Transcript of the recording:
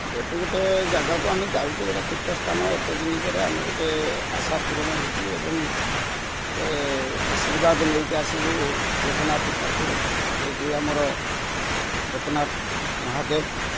ଯେହେତୁ ଗୋଟେ ଜାଗାକୁ ଆମେ ଯାଉଛୁ ଗୋଟେ ତୀର୍ଥସ୍ଥାନ ଏତେ ଦିନ ପରେ ଆମେ ଗୋଟେ ଆଶା ପୂରଣ ହେଉଛି ଏବଂ ଗୋଟେ ଆଶୀର୍ବାଦ ନେଇକି ଆସିବୁ ଲୋକନାଥ ପାଖରୁ ଯେ କି ଆମର ଲୋକନାଥ ମହାଦେବ